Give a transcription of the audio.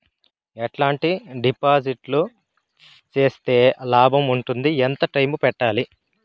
ఎట్లాంటి డిపాజిట్లు సేస్తే లాభం ఉంటుంది? ఎంత టైము పెట్టాలి?